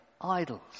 idols